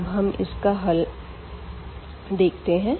अब हम इसका हल देखते है